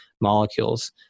molecules